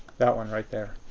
that one right there.